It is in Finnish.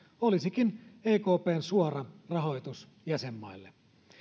olisikin ekpn suora rahoitus jäsenmaille